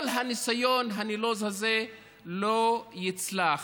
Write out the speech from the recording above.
כל הניסיון הנלוז הזה לא יצלח,